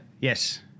yes